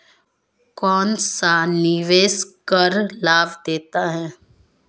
कौनसा निवेश कर लाभ देता है?